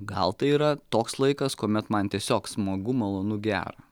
gal tai yra toks laikas kuomet man tiesiog smagu malonu gera